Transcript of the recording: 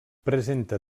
presenta